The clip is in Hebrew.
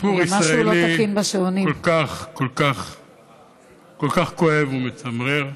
סיפור ישראלי כל כך כל כך כואב ומצמרר.